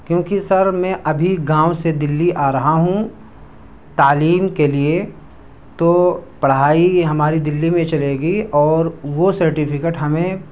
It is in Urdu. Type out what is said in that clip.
کیونکہ سر میں ابھی گاؤں سے دلی آ رہا ہوں تعلیم کے لیے تو پڑھائی ہماری دلی میں چلے گی اور وہ سرٹیفکیٹ ہمیں